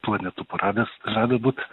planetų paradas žada būt